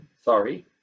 sorry